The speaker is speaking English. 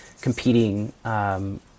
competing